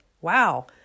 wow